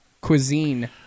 cuisine